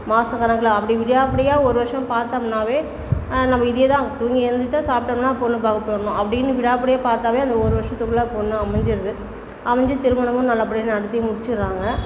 மாசக்கணக்கில் அப்படி விடாப்பிடியாக ஒரு வருஷம் பார்த்தம்னாவே நம்ம இதே தான் தூங்கி எந்திரிச்சால் சாப்ட்டம்னா பொண்ணு பார்க்க போயிடணும் அப்படின்னு விடாப்பிடியாக பார்த்தாவே அந்த ஒரு வருஷத்துக்குள்ளே பொண்ணு அமைஞ்சிடுது அமைஞ்சி திருமணமும் நல்லபடியாக நடத்தி முடிச்சுட்றாங்க